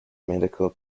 medical